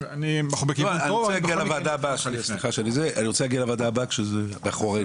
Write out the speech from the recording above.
אני רוצה להגיע לוועדה הבאה כשזה מאחורינו.